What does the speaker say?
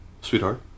Sweetheart